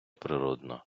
природно